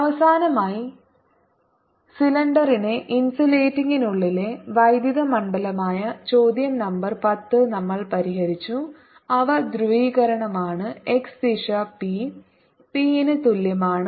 അവസാനമായി സിലിണ്ടറിനെ ഇൻസുലേറ്റിംഗിനുള്ളിലെ വൈദ്യുത മണ്ഡലമായ ചോദ്യ നമ്പർ 10 നമ്മൾ പരിഹരിച്ചു അവ ധ്രുവീകരണമാണ് x ദിശ P P ന് തുല്യമാണ്